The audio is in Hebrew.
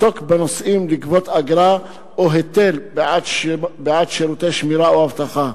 לגבות אגרה או היטל בעד שירותי שמירה או אבטחה.